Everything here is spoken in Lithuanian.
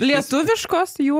lietuviškos jū